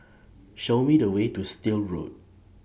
Show Me The Way to Still Road